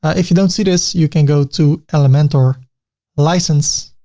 if you don't see this, you can go to elementor license,